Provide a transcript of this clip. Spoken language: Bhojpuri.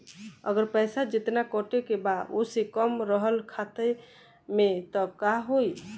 अगर पैसा जेतना कटे के बा ओसे कम रहल खाता मे त का होई?